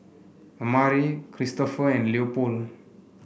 Amare Kristofer and Leopold